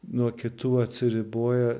nuo kitų atsiriboja